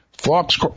Fox